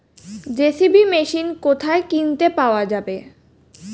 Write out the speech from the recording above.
JCB machine কোথায় কিনতে পাওয়া যাবে?